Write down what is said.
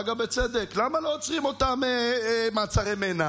אגב, בצדק, למה לא עוצרים אותם מעצרי מנע?